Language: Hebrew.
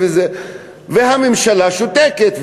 והממשלה שותקת.